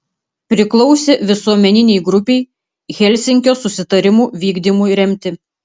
priklausė visuomeninei grupei helsinkio susitarimų vykdymui remti